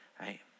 Right